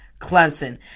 Clemson